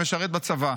שמשרת בצבא,